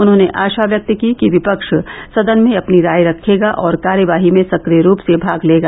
उन्होंने आशा व्यक्त की कि विपक्ष सदन में अपनी राय रखेगा और कार्यवाही में सक्रिय रूप से भाग लेगा